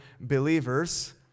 believers